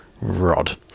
rod